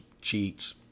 cheats